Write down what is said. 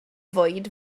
fwyd